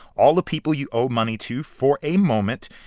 all the people you owe money to for a moment,